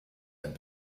ein